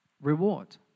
reward